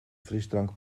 frisdrank